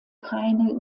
keine